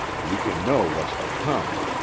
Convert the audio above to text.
you kin know what's to come.